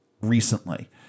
recently